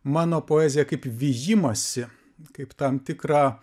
mano poeziją kaip vijimąsi kaip tam tikrą